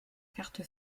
carte